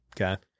Okay